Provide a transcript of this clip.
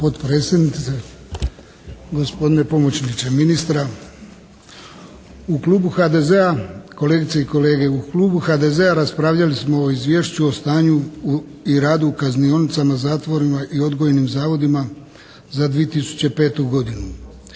potpredsjednice. Gospodine pomoćniče ministra. U klubu HDZ-a, kolegice i kolege, u klubu HDZ-a raspravljamo smo o Izvješću o stanju i radu kaznionicama, zatvorima i odgojnim zavodima za 2005. godinu.